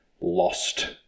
lost